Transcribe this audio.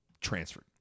transferred